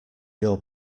your